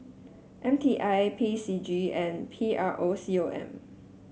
M T I P C G and P R O C O M